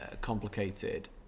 complicated